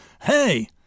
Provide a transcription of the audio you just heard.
hey